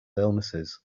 illnesses